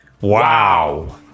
wow